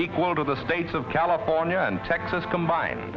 equal to the state of california and texas combined